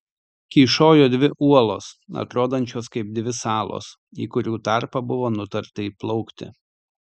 kyšojo dvi uolos atrodančios kaip dvi salos į kurių tarpą buvo nutarta įplaukti